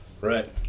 right